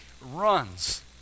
runs